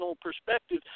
perspective